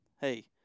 Hey